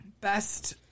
best